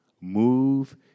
Move